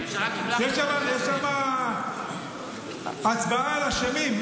יש שם הצבעה על אשמים,